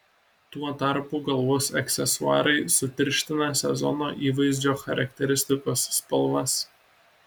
tuo tarpu galvos aksesuarai sutirština sezono įvaizdžio charakteristikos spalvas